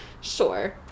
Sure